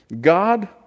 God